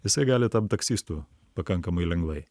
jisai gali tapt taksistu pakankamai lengvai